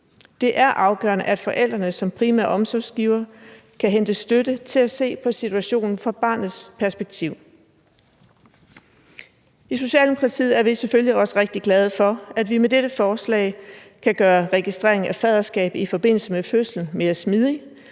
Det er afgørende, at forældrene som primære omsorgsgivere kan hente støtte til at se situationen fra barnets perspektiv. I Socialdemokratiet er vi selvfølgelig også rigtig glade for, at vi med dette forslag kan gøre registrering af faderskab i forbindelse med fødslen mere smidig,